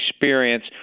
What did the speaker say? experience